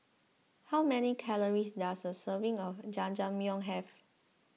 how many calories does a serving of Jajangmyeon have